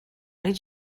did